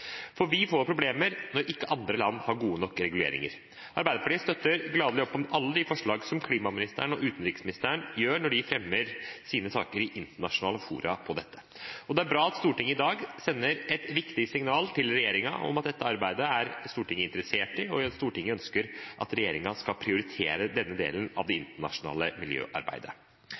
For vi får problemer når ikke andre land har gode nok reguleringer. Arbeiderpartiet støtter gladelig opp om alle forslag fra klimaministeren og utenriksministeren når de fremmer sine saker i internasjonale fora om dette. Det er bra at Stortinget i dag sender et viktig signal til regjeringen om at Stortinget er interessert i dette arbeidet, og at Stortinget ønsker at regjeringen skal prioritere denne delen av det internasjonale miljøarbeidet.